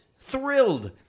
Thrilled